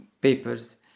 papers